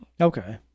okay